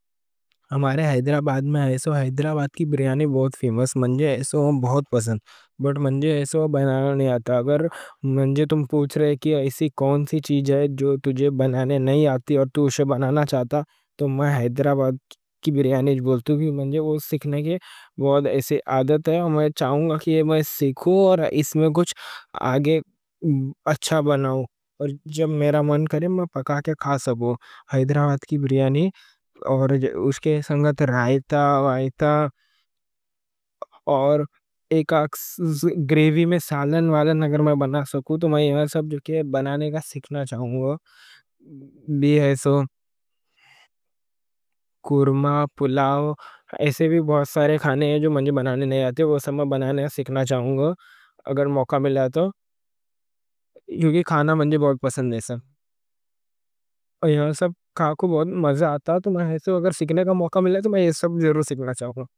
ہمارے حیدرآباد میں حیدرآباد کی بریانی بہت فیمس۔ مانجے ایسو بہت پسند، مانجے ایسو بنانا نہیں آتا۔ اگر مانجے تم پوچھ رہے کہ ایسی کون سی چیز ہے جو تجھے بنانے نہیں آتی اور تجھے بنانا چاہتا، تو میں حیدرآباد کی بریانی بولتا ہوں۔ مانجے وہ سیکھنے کی بہت ایسو عادت ہے، اور میں چاہوں گا کہ یہ میں سیکھوں اور اس میں کچھ آگے اچھا بناؤں۔ اور جب میرا من کرے، میں پکا کے کھا سکو۔ حیدرآباد کی بریانی اور اس کے سنگت رائیتا وائیتا، اور ایک آکس گریوی میں سالن والا اگر میں بنا سکو تو، میں یہ سب جو کہ بنانے کا سیکھنا چاہوں گا۔ بھی ایسو کورما، پلاؤ، ایسے بھی بہت سارے کھانے ہیں جو مانجے بنانے نہیں آتے۔ وہ سب میں بنانے کا سیکھنا چاہوں گا اگر موقع ملیا تو، کیونکہ کھانا مانجے بہت ایسو پسند اور یہاں سب کھا کوں بہت مزہ آتا۔ تو میں اگر سیکھنے کا موقع ملیا تو میں یہ سب جو سیکھنا چاہوں گا۔